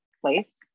place